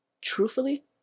Truthfully